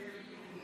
מלכיאלי.